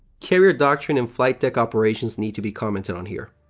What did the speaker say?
carrier doctrine and flight deck operations need to be commented on here.